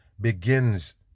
begins